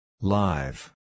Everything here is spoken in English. Live